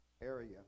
area